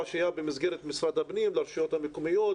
שהיה במסגרת משרד הפנים לרשויות המקומיות,